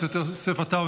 ווליד טאהא,